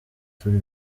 turi